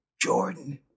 Jordan